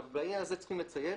בעניין הזה צריכים לציין.